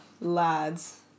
lads